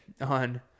on